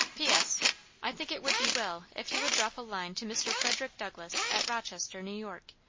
p s i think it would be well if you would drop a line to mr. frederick douglass, at rochester, new york.